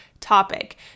topic